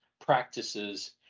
practices